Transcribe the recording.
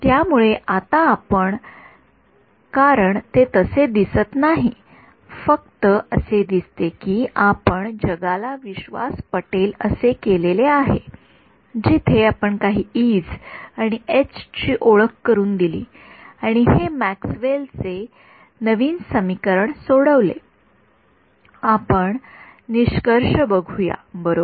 त्यामुळे आता आपण कारण ते तसे दिसत नाही फक्त असे दिसते की आपण जगाला विश्वास पटेल असे केलेले आहे जिथे आपण काही 's आणि s ची ओळख करून दिली आणि हे मॅक्सवेल चे मॅक्सवेल चे नवीन समीकरणे सोडवलेपण आपण निष्कर्ष बघूया बरोबर